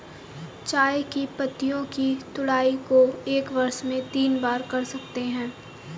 चाय की पत्तियों की तुड़ाई को एक वर्ष में तीन बार कर सकते है